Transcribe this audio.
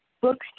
books